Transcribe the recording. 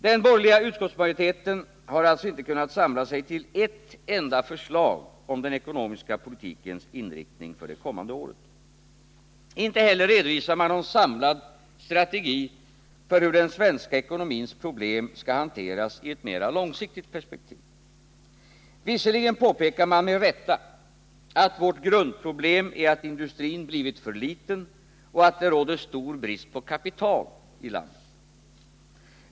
Den borgerliga utskottsmajoriteten har alltså inte kunnat samla sig till ett enda förslag om den ekonomiska politikens inriktning för det kommande året. Inte heller redovisar man någon samlad strategi för hur den svenska ekonomins problem skall hanteras i ett mera långsiktigt perspektiv. Visserligen påpekar man med rätta att vårt grundproblem är att industrin blivit för liten och att det råder stor brist på kapital i landet.